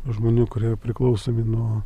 žmonių kurie priklausomi nuo